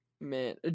Man